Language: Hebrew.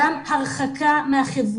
גם הרחקה מהחברה,